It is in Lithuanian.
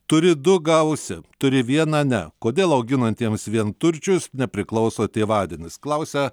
turi du gausi turi vieną ne kodėl auginantiems vienturčius nepriklauso tėvadienis klausia